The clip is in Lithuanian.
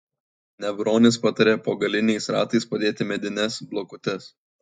nevronis patarė po galiniais ratais padėti medines blokuotes